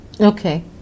Okay